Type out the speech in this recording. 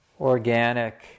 organic